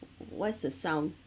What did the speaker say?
what is the sound